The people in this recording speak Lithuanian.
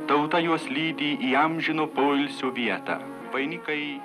tauta juos lydi į amžino poilsio vietą vainikai